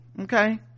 okay